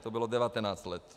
To bylo 19 let.